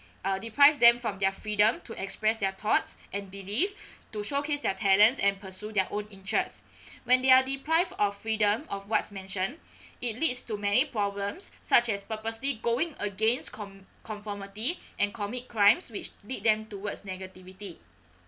uh deprives them from their freedom to express their thoughts and believe to showcase their talents and pursue their own interests when they are deprived of freedom of what's mention it leads to many problems such as purposely going against com~ conformity and commit crimes which lead them towards negativity